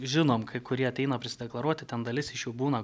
žinom kai kurie ateina prisideklaruoti ten dalis iš jų būna